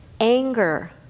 anger